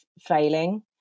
failing